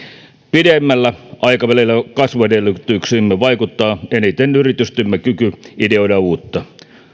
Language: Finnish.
pidemmällä aikavälillä kasvun edellytyksiimme vaikuttaa eniten yritystemme kyky ideoida uutta